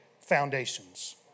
foundations